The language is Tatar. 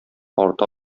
арта